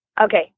Okay